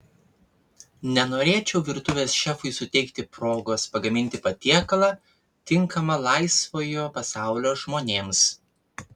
nenorėčiau virtuvės šefui suteikti progos pagaminti patiekalą tinkamą laisvojo pasaulio žmonėms